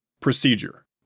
Procedure